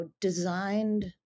designed